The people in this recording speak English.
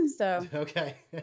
Okay